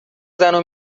زنو